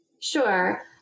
Sure